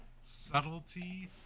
subtlety